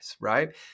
right